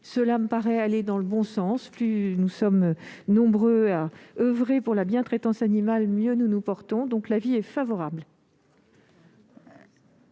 Cela me paraît aller dans le bon sens ; plus nous sommes nombreux à oeuvrer pour la bientraitance animale, mieux nous nous portons. La commission